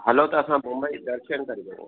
हलो त असां बम्बई दर्शन करे था अचऊं